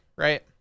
Right